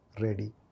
ready